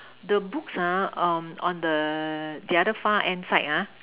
the books ah um on the the other far hand side ah